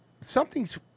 Something's